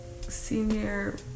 senior